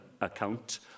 account